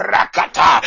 Rakata